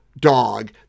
dog